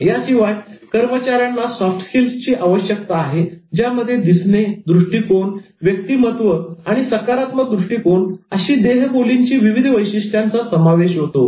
याशिवाय कर्मचाऱ्यांना सॉफ्ट स्किल्सची आवश्यकता आहे ज्यामध्ये दिसणे दृष्टिकोन व्यक्तिमत्व आणि सकारात्मक दृष्टिकोन अशी देहबोलीची विविध वैशिष्ट्यांचा समावेश होतो